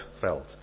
felt